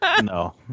No